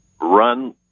run